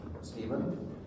Stephen